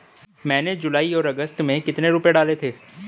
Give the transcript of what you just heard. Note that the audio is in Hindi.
मैंने जुलाई और अगस्त में कितने रुपये डाले थे?